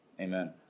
amen